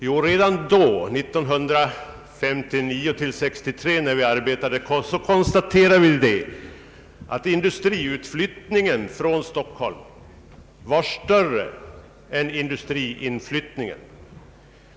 Jo, redan 1959—1963 när den s.k. Näslundska utredningen arbetade, konstaterade vi att utflyttningen av industrianställda från Stockholm var större än inflyttningen.